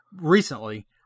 recently